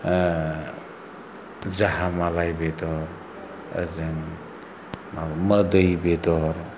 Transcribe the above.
जाहामालाय बेदर ओजों मोदै बेदर